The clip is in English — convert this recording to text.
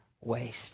waste